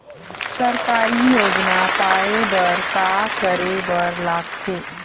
सरकारी योजना पाए बर का करे बर लागथे?